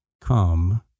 come